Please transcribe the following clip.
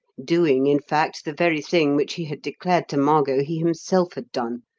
doing, in fact, the very thing which he had declared to margot he himself had done.